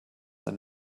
ein